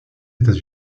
états